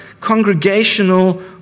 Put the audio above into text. congregational